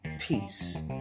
Peace